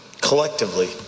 collectively